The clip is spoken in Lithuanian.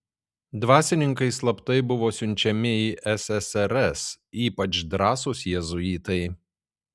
dvasininkai slaptai buvo siunčiami į ssrs ypač drąsūs jėzuitai